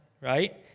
Right